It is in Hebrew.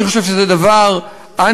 אני חושב שזה דבר אנטי-אנושי,